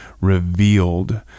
revealed